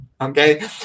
okay